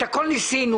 את הכול ניסינו.